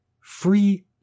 Free